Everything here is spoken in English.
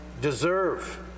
deserve